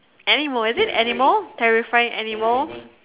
animal is it animal terrifying animal